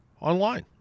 online